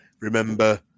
remember